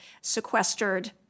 sequestered